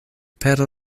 per